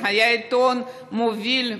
זה היה עיתון מוביל.